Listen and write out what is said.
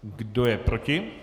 Kdo je proti?